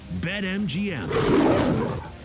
BetMGM